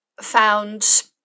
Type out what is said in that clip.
found